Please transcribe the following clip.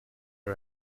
are